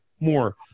more